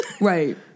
Right